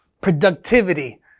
productivity